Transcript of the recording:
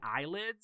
eyelids